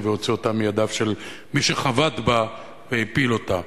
והוציאו אותה מידיו של מי שחבט בה והפיל אותה.